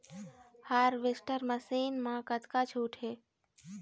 Harvester machine मा कतका छूट हे?